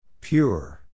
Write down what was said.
Pure